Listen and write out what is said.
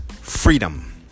Freedom